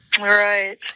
Right